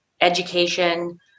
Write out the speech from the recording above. education